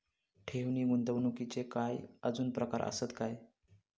ठेव नी गुंतवणूकचे काय आजुन प्रकार आसत काय?